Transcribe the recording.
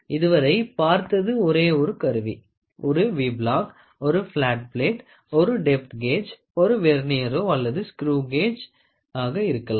இதுவரை பார்த்தது ஒரே ஒரு கருவி ஒரு V block ஒரு பிளாட் பிளேட் ஒரு டெப்த் கேஜ் ஒரு வெர்னியரொ அல்லது ஸ்க்ரேவ் கேஜாக இருக்கலாம்